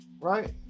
Right